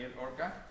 orca